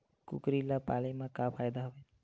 कुकरी ल पाले म का फ़ायदा हवय?